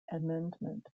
amendment